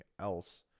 else